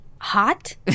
Hot